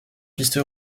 piste